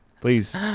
Please